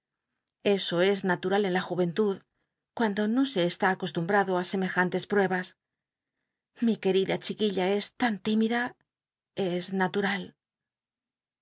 eso es natu l'al en la juventud cuando no se está acostumbrado á semejantes pl'ucbas mi querida chiquilla es tan tínrida es natural